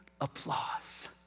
applause